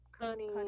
Connie